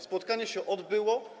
Spotkanie się odbyło.